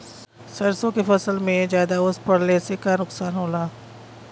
सरसों के फसल मे ज्यादा ओस पड़ले से का नुकसान होला?